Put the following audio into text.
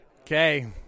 okay